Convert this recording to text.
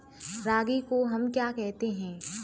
रागी को हम क्या कहते हैं?